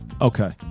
Okay